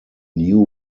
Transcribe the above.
new